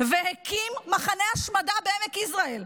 והקים מחנה השמדה בעמק יזרעאל.